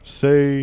say